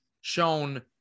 shown